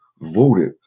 voted